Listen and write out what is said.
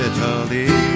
Italy